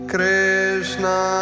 Krishna